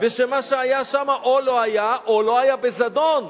ומה שהיה שם או לא היה או לא היה בזדון,